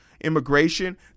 immigration